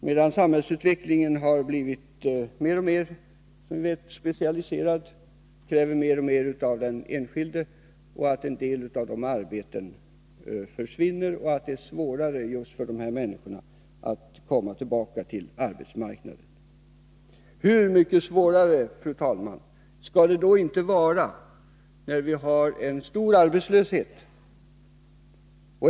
Nu har samhällsutvecklingen mer och mer gått mot en specialisering, och det kräver alltmer av den enskilde. En del av de arbeten jag talat om försvinner på det sättet, och det blir därför svårare för de människor som skall rehabiliteras att komma tillbaka till arbetsmarknaden. Fru talman! Hur mycket svårare är det då inte för dessa människor när vi har en stor arbetslöshet?